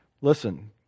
listen